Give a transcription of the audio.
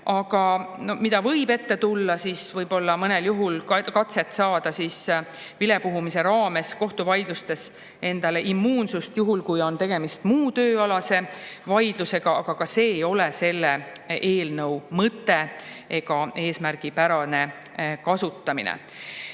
Aga mida võib ette tulla? Võib-olla mõnel juhul katset saada vilepuhumise raames endale kohtuvaidlustes immuunsust, juhul kui on tegemist muu tööalase vaidlusega, aga ka see ei ole selle eelnõu mõte ega eesmärgipärane kasutamine.